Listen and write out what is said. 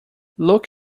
look